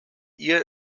ihr